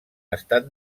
estat